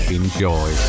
enjoy